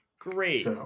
Great